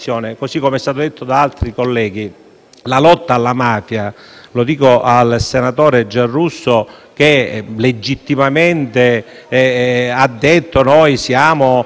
la lotta alla mafia - lo dico al senatore Giarrusso, che legittimamente ha detto che loro sono coloro i quali